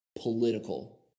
political